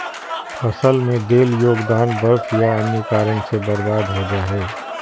फसल में देल योगदान बर्फ या अन्य कारन से बर्बाद हो जा हइ